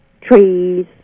trees